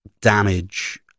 damage